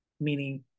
Meaning